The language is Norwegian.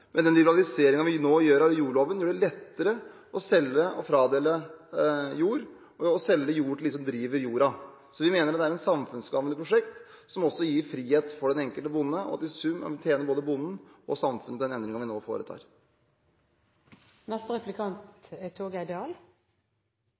Men den liberaliseringen vi nå gjør av jordloven, vil gjøre det lettere å selge og fradele jord, og å selge jord til dem som driver jorda. Så vi mener det er et samfunnsgagnlig prosjekt som gir frihet for den enkelte bonde, og at den endringen vi nå foretar, i sum vil tjene både bonden og samfunnet. Helt på tampen av regjeringens andre stortingsperiode ser vi